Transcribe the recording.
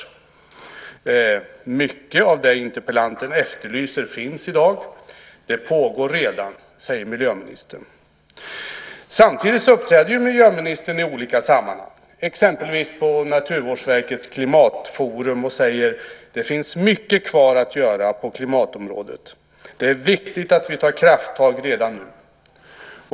Miljöministern säger att mycket av det som interpellanten efterlyser finns i dag och att det redan pågår. Samtidigt uppträder miljöministern i olika sammanhang, exempelvis på Naturvårdsverkets klimatforum. Och hon säger att det finns mycket kvar att göra på klimatområdet och att det är viktigt att vi tar krafttag redan nu.